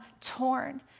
torn